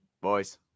Boys